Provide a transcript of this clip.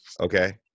okay